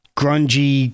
grungy